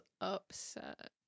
upset